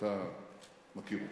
אתה מכיר אותי.